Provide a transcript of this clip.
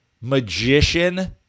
magician